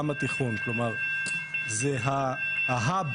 החברה בשאר האזורים בים התיכון ואנחנו רואים בזה חשיבות גדולה.